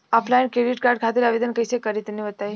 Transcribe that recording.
Offline credit card खातिर आवेदन कइसे करि तनि बताई?